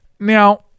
Now